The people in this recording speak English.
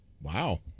Wow